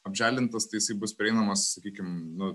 apželdintas tai jisai bus prieinamas sakykim nu